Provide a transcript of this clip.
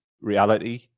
reality